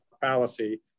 fallacy